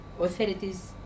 authorities